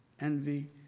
envy